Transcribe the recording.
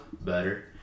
better